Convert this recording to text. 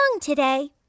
today